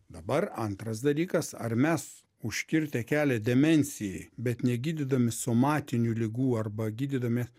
dabar antras dalykas ar mes užkirtę kelią demencijai bet negydydami somatinių ligų arba gydydami